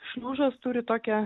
šliužas turi tokią